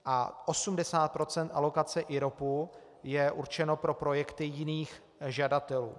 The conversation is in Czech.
A 80 % alokace IROPu je určeno pro projekty jiných žadatelů.